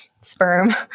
sperm